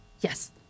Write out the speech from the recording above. Yes